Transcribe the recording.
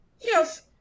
Yes